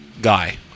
guy